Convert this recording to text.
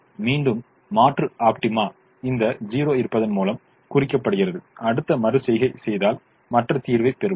மீண்டும் மாற்று ஆப்டிமா இந்த 0 இருப்பதன் மூலம் குறிக்கப்படுகிறது அடுத்த மறு செய்கை செய்தால் மற்ற தீர்வைப் பெறுவோம்